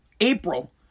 April